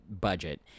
budget